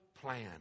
plan